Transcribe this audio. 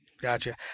Gotcha